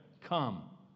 Come